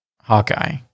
Hawkeye